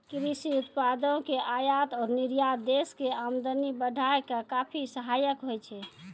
कृषि उत्पादों के आयात और निर्यात देश के आमदनी बढ़ाय मॅ काफी सहायक होय छै